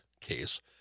case